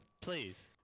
Please